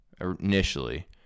initially